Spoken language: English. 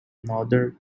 another